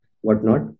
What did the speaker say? whatnot